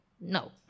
No